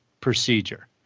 procedure